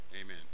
amen